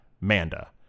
Manda